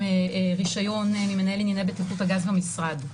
רישיון ממנהל ענייני בטיחות הגז במשרד.